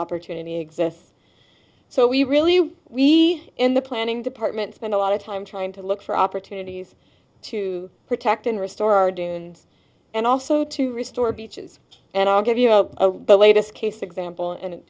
opportunity exists so we really we in the planning department spent a lot of time trying to look for opportunities to protect and restore our dunes and also to restore beaches and i'll give you know the latest case example and